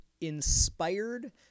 inspired